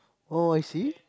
oh I see